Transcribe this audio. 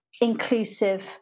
inclusive